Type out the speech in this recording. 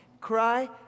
cry